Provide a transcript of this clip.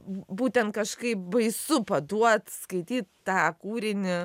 būtent kažkaip baisu paduot skaityt tą kūrinį